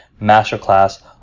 masterclass